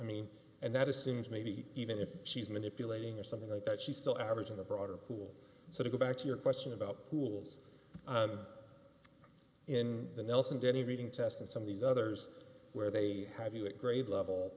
mean and that assumes maybe even if she's manipulating or something like that she still average in the broader pool so to go back to your question about pools in the nelson denny reading test and some of these others where they have you a grade level